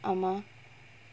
ஆமா:aamaa